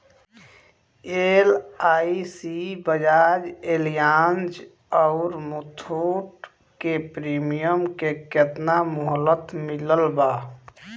LIC Bajaj Allianz आउर मुथूट के premium के केतना मुहलत मिलल बा?